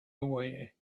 away